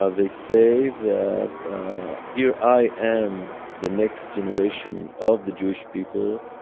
ah they say that here i am, the next generation of the jewish people.